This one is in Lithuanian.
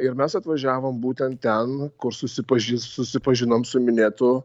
ir mes atvažiavom būtent ten kur susipažis susipažinom su minėtu